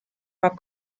war